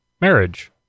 marriage